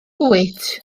wyt